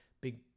big